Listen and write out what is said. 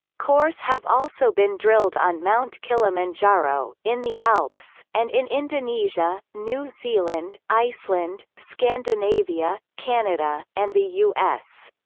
cores have also been drilled on mount kilimanjaro, in the alps, and in indonesia, new zealand, iceland, scandinavia, canada, and the us.